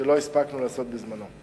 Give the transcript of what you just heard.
שלא הספקנו לעשות בזמנו.